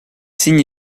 signe